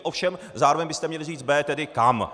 Ovšem zároveň byste měli říct B, tedy kam.